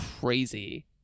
crazy